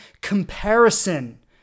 comparison